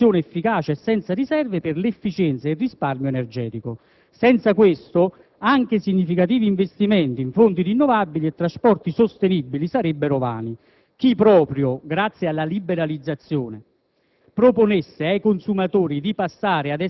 è infatti la riduzione dei consumi, un'azione efficace e senza riserve per l'efficienza e il risparmio energetico. Senza questo, anche significativi investimenti in fonti rinnovabili e trasporti sostenibili sarebbero vani. Chi, proprio grazie alla liberalizzazione,